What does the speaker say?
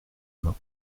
main